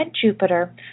Jupiter